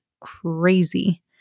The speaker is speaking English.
crazy